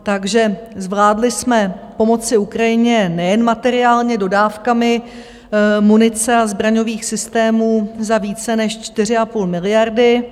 Takže jsme zvládli pomoci Ukrajině nejen materiálně, dodávkami munice a zbraňových systémů za více než 4,5 miliardy.